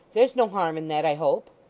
there's no harm in that, i hope